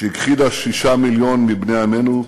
שהכחידה שישה מיליון מבני עמנו,